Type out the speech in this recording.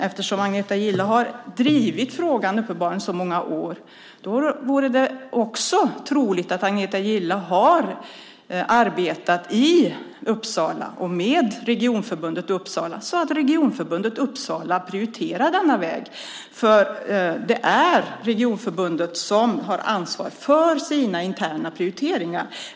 Eftersom Agneta Gille uppenbarligen drivit frågan under många år vore det rimligt att Agneta Gille arbetade med Regionförbundet Uppsala län så att regionförbundet prioriterar denna väg. Det är nämligen regionförbundet som har ansvaret för sina interna prioriteringar.